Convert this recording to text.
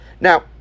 Now